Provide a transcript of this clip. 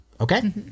Okay